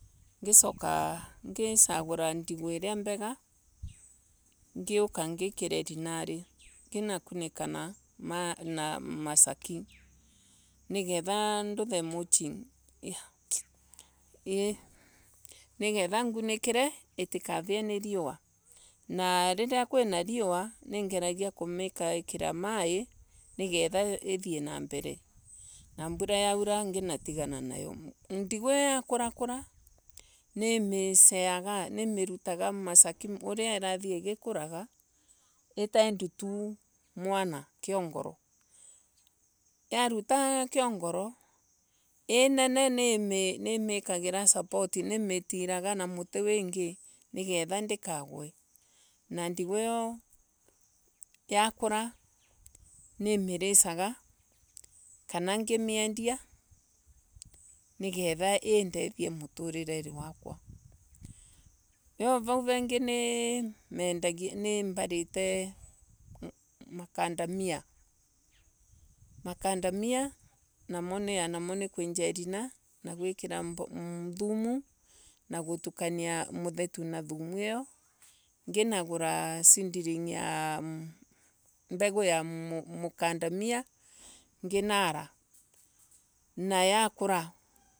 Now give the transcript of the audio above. Ngicoka ngisagura ndigo iria mbega ngikira irinari. Ngicoka ngikunika na masaki nigetha nduthe mulching nigetha nganikire itikarie ni riua ningeragia kumikira ikira mai nigetha ithie na mbere. ndigu iyo irakurakura nimirutaga masaki uguo irathii igikurakura. itaindutu kiongoro. Raruta kiongoro. inene nimitiraga na muti wingi niketha ndikague na ndigo iyo yakura nimirisaga kane ngimendia vau vengi nimbarite macadamia. Macadamia anamo nikwenja irina guikira thumu na gutukania muthetu na thumu iyo nginagura seedling ya mbegu ya macadamia nginagura seedlings ya mbegu ya mukantamia nginara na yakura.